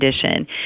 condition